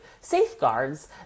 safeguards